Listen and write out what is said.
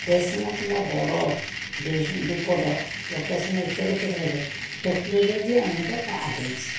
station କିମ୍ବା ବଡ଼ ଡିପୋଟର୍ ପ୍ରକାଶନ ଇତ୍ୟାଦି କ୍ଷେତ୍ରରେ ଟେକ୍ନୋଲୋଜି ଯିଏ ଅନେକ ଆଗେଇଛି